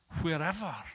wherever